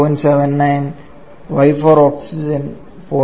79 and y for oxygen 0